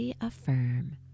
affirm